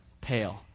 pale